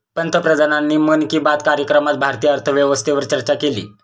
पंतप्रधानांनी मन की बात कार्यक्रमात भारतीय अर्थव्यवस्थेवर चर्चा केली